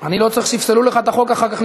אני לא צריך שיפסלו לך את החוק אחר כך,